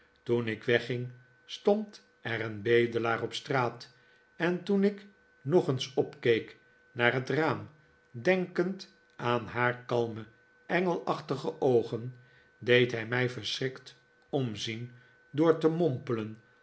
toen ik wegging stond er een bedelaar op straat en toen ik nog eens opkeek naar het raam denkend aan haar kalme engelachtige oogen deed hij mij verschrikt omzien door te mompelen